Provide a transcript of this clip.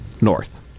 north